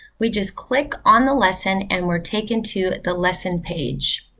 we just click on the lesson and we're taken to the lesson page.